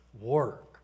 work